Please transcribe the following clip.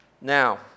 Now